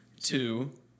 Two